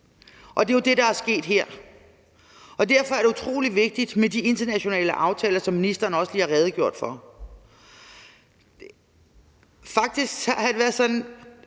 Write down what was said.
og det er jo det, der er sket her. Og derfor er det utrolig vigtigt med de internationale aftaler, som ministeren også lige har redegjort for. Faktisk har det tit været sådan,